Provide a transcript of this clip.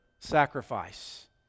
Sacrifice